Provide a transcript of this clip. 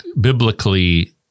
biblically